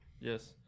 Yes